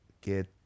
Get